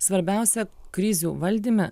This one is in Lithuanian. svarbiausia krizių valdyme